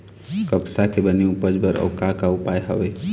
कपास के बने उपज बर अउ का का उपाय हवे?